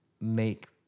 make